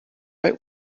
bei